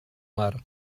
mar